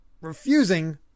refusing